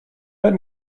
let